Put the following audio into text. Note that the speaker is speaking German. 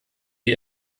die